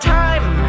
time